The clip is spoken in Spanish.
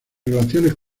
relaciones